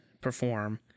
perform